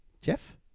Jeff